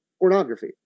Pornography